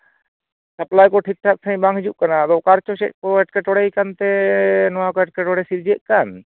supply ᱠᱚ ᱴᱷᱤᱠᱼᱴᱷᱟᱠ ᱥᱟᱺᱦᱤᱡ ᱵᱟᱝ ᱦᱤᱡᱩᱜ ᱠᱟᱱᱟ ᱟᱫᱚ ᱚᱠᱟ ᱨᱮᱪᱚ ᱪᱮᱫ ᱠᱚ ᱮᱴᱠᱮᱴᱚᱬᱮᱭᱟᱠᱟᱱ ᱛᱮ ᱱᱚᱣᱟ ᱠᱚ ᱮᱴᱠᱮᱴᱚᱬᱮ ᱥᱤᱨᱡᱟᱹᱜ ᱠᱟᱱ